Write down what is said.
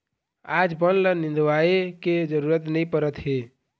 आज बन ल निंदवाए के जरूरत नइ परत हे